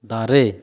ᱫᱟᱨᱮ